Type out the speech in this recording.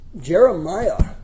Jeremiah